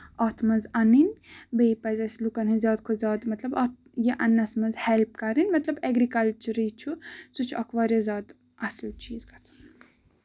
اَتھ منٛز اَنٕنۍ بیٚیہِ پَزِ اَسہِ لُکن ہٕنز زیادٕ کھۄتہٕ زیادٕ مطلب یہِ اَننَس منٛز ہیلٕپ کَرٕنۍ مطلب اٮ۪گرِکَلچَرٕے چھُ سُہ چھُ اکھ واریاہ زیادٕ اَصٕل چیٖز گژھان